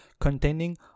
containing